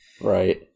Right